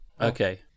Okay